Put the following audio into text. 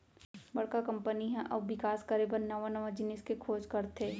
बड़का कंपनी ह अउ बिकास करे बर नवा नवा जिनिस के खोज करथे